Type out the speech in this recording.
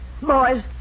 Boys